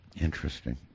Interesting